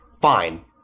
fine